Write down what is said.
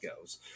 goes